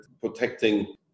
protecting